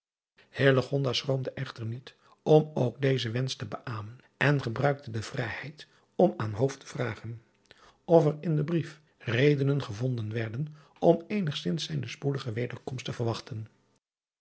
schroomde echter niet om ook dezen wensch te beamen en gebruikte de vrijheid om an te vragen of er in den brief redenen gevonden werden driaan oosjes zn et leven van illegonda uisman om eenigzins zijne spoedige wederkomst te verwachten